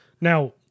now